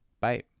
Bye